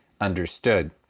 understood